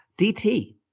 DT